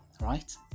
right